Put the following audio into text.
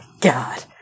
god